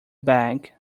bag